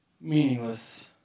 meaningless